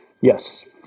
Yes